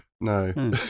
no